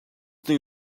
thing